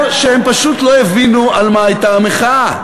שהם פשוט לא הבינו על מה הייתה המחאה.